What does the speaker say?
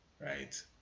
Right